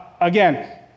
again